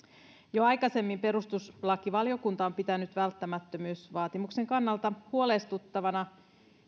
jo aikaisemmin perustuslakivaliokunta on pitänyt välttämättömyysvaatimuksen kannalta huolestuttavana